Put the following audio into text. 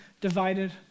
divided